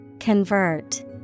Convert